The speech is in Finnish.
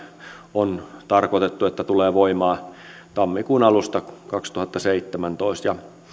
on tarkoitettu tulemaan voimaan tammikuun alusta kaksituhattaseitsemäntoista